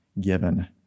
given